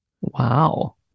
Wow